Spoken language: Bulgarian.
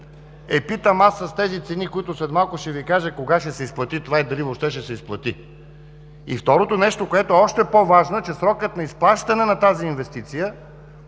Питам аз – с тези цени, които след малко ще Ви кажа, кога ще се плати това и дали въобще ще се изплати? Второто нещо, което е още по-важно, че срокът на изплащане на тази инвестиция,